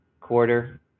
quarter